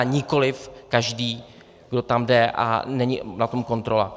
Nikoli každý, kdo tam jde, a není na tom kontrola.